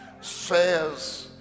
says